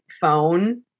phone